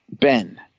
ben